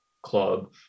Club